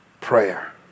prayer